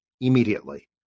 immediately